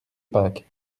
pâques